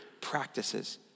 practices